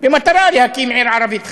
במטרה להקים עיר ערבית חדשה.